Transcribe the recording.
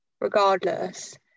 regardless